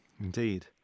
Indeed